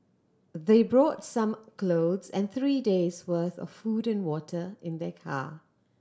they brought some clothes and three days' worth of food and water in their car